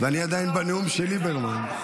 ואני עדיין בנאום של ליברמן.